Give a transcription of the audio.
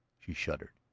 she shuddered.